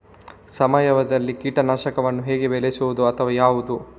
ಸಾವಯವದಲ್ಲಿ ಕೀಟನಾಶಕವನ್ನು ಹೇಗೆ ಬಳಸುವುದು ಅಥವಾ ಯಾವುದು?